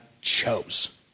chose